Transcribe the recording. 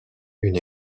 une